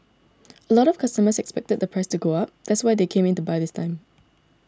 a lot of customers expected the price to go up that's why they came in to buy this time